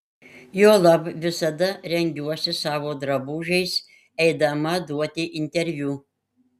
juolab visada rengiuosi savo drabužiais eidama duoti interviu